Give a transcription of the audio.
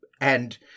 And-